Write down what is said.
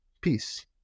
peace